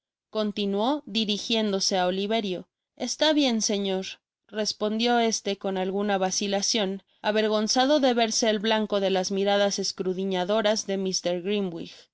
continuó dirijiéndose á oliverio esta bien señor respondió este con alguna vacilacion avergonzado de verse el blanco de las miradas escudriñadoras de